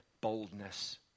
boldness